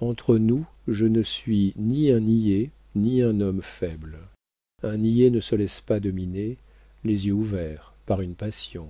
entre nous je ne suis ni un niais ni un homme faible un niais ne se laisse pas dominer les yeux ouverts par une passion